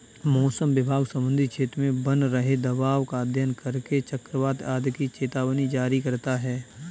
मौसम विभाग समुद्री क्षेत्र में बन रहे दबाव का अध्ययन करके चक्रवात आदि की चेतावनी जारी करता है